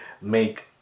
make